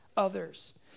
others